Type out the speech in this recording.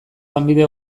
lanbide